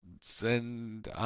send